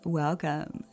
welcome